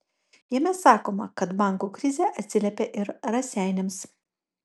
jame sakoma kad bankų krizė atsiliepė ir raseiniams